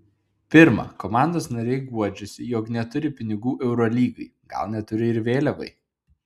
pirma komandos nariai guodžiasi jog neturi pinigų eurolygai gal neturi ir vėliavai